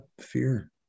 Fear